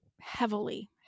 heavily